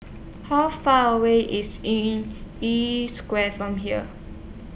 How Far away IS in E Square from here